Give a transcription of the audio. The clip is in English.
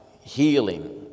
healing